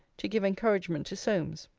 to give encouragement to solmes.